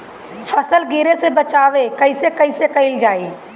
फसल गिरे से बचावा कैईसे कईल जाई?